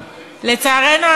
לצערנו,